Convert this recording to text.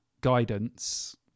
guidance